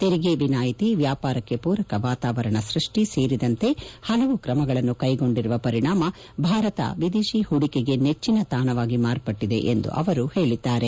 ತೆರಿಗೆ ವಿನಾಯಿತಿ ವ್ವಾಪಾರಕ್ಕೆ ಪೂರಕ ವಾತಾವರಣ ಸೃಷ್ಟಿ ಸೇರಿದಂತೆ ಹಲವು ಕ್ರಮಗಳನ್ನು ಕೈಗೊಂಡಿರುವ ಪರಿಣಾಮ ಭಾರತ ವಿದೇಶಿ ಹೂಡಿಕೆಗೆ ನೆಚ್ಚನ ತಾಣವಾಗಿ ಮಾರ್ಪಟ್ಟಿದೆ ಎಂದು ಅವರು ಹೇಳಿದ್ದಾರೆ